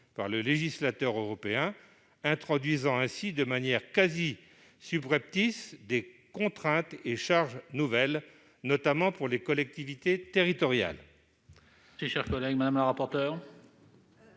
par le législateur européen, introduisant ainsi de manière quasi subreptice des contraintes et charges nouvelles, notamment pour les collectivités territoriales.